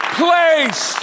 place